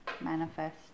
manifest